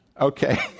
Okay